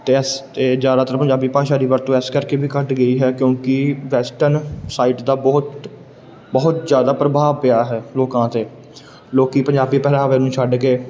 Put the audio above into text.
ਅਤੇ ਇਸ 'ਤੇ ਜ਼ਿਆਦਾਤਰ ਪੰਜਾਬੀ ਭਾਸ਼ਾ ਦੀ ਵਰਤੋਂ ਇਸ ਕਰਕੇ ਵੀ ਘੱਟ ਗਈ ਹੈ ਕਿਉਂਕਿ ਵੈਸਟਰਨ ਸਾਈਟ ਦਾ ਬਹੁਤ ਬਹੁਤ ਜ਼ਿਆਦਾ ਪ੍ਰਭਾਵ ਪਿਆ ਹੈ ਲੋਕਾਂ 'ਤੇ ਲੋਕ ਪੰਜਾਬੀ ਪਹਿਰਾਵੇ ਨੂੰ ਛੱਡ ਕੇ